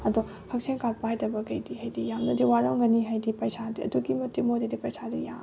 ꯑꯗꯣ ꯍꯛꯁꯦꯜ ꯀꯥꯠ ꯄꯥꯏꯗꯕꯈꯩꯗꯤ ꯍꯥꯏꯗꯤ ꯌꯥꯝꯅꯗꯤ ꯋꯥꯔꯝꯒꯅꯤ ꯍꯥꯏꯗꯤ ꯄꯩꯁꯥꯗꯨ ꯑꯗꯨꯛꯀꯤ ꯃꯇꯤꯛ ꯃꯣꯏꯗꯗꯤ ꯄꯩꯁꯥꯁꯤ ꯌꯥꯝ